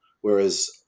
Whereas